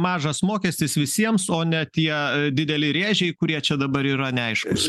mažas mokestis visiems o ne tie dideli rėžiai kurie čia dabar yra neaiškūs